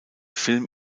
film